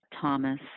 Thomas